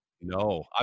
No